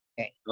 Okay